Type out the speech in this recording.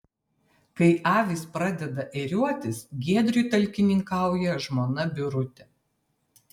kai avys pradeda ėriuotis giedriui talkininkauja žmona birutė